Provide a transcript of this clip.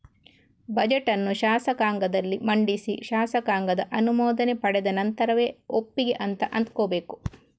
budget ಅನ್ನು ಶಾಸಕಾಂಗದಲ್ಲಿ ಮಂಡಿಸಿ ಶಾಸಕಾಂಗದ ಅನುಮೋದನೆ ಪಡೆದ ನಂತರವೇ ಒಪ್ಪಿಗೆ ಅಂತ ಅಂದ್ಕೋಬೇಕು